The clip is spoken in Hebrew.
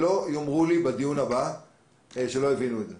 שלא יאמרו לי בדיון הבא שלא הבינו את זה.